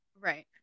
right